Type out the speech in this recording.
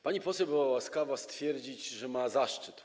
Pani poseł była łaskawa stwierdzić, że ma zaszczyt.